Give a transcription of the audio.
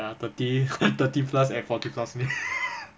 err thirty thirty plus and forty plus may